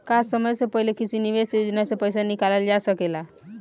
का समय से पहले किसी निवेश योजना से र्पइसा निकालल जा सकेला?